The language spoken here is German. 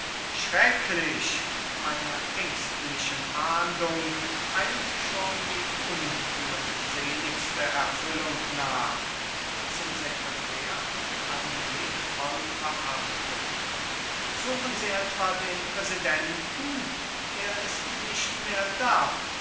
schrecklich meiner ängstlichen ahnung eilt schon die unglückseligste erfüllung nach zum secretär mit einem blick voll verachtung suchen sie etwa den präsidenten er ist nicht mehr da